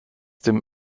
dem